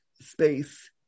space